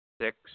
Six